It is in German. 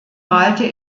malte